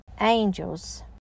angels